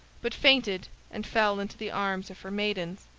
but fainted and fell into the arms of her maidens.